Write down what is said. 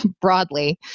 broadly